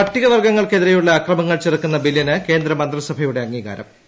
പട്ടികവർഗ്ഗങ്ങൾക്കെതിരെയുള്ള അക്രമങ്ങൾ ചെറുക്കുന്ന ബില്ലിന് കേന്ദ്രമന്ത്രിസഭയുടെ അംഗീകാരം ഐ